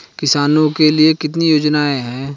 किसानों के लिए कितनी योजनाएं हैं?